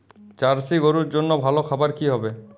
Jersey গরুর জন্য ভালো খাবার কি হবে?